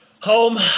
Home